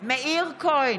מאיר כהן,